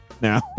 now